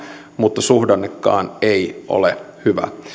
mutta suhdannekaan ei ole hyvä me